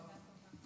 תודה רבה.